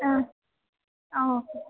ah ah okay